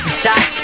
stop